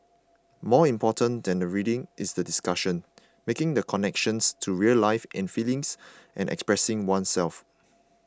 more important than the reading is the discussion making the connections to real life and feelings and expressing oneself